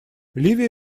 ливия